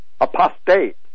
apostate